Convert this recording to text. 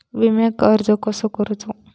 विम्याक अर्ज कसो करायचो?